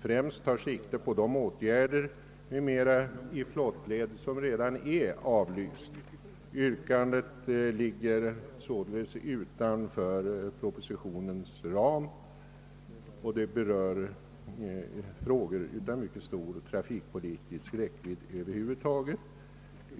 främst tar sikte på åtgärder i flottleder som redan är avlysta. Yrkandet ligger således utanför propositionens ram och berör frågor av mycket stor trafikpolitisk räckvidd.